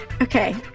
Okay